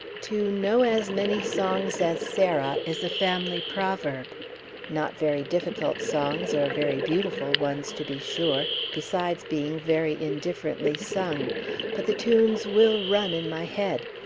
to know as many songs as sarah is a family proverb not very difficult songs, or very beautiful ones, to be sure, besides being very indifferently sung but the tunes will run in my head,